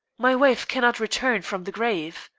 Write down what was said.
my wife cannot return from the grave!